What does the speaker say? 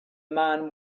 man